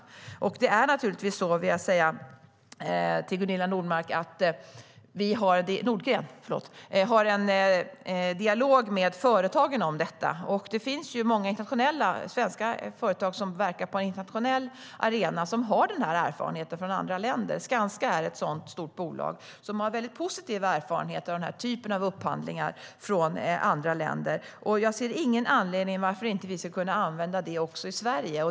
Till Gunilla Nordgren vill jag säga att vi har en dialog med företagen om detta. Många svenska företag som verkar på en internationell arena har erfarenhet av detta från andra länder. Skanska är ett sådant stort bolag som har positiva erfarenheter från andra länder av denna typ av upphandlingar. Jag ser ingen anledning att vi inte skulle kunna använda det också i Sverige.